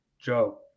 Joe